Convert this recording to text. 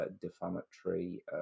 defamatory